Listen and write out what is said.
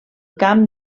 camp